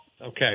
Okay